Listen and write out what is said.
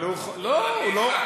רק באחת.